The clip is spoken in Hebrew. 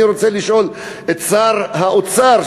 אני רוצה לשאול את שר האוצר,